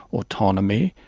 autonomy,